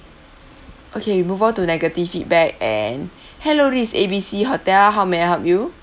okay we move on to negative feedback and hello this is A B C hotel how may I help you